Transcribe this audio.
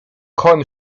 kołem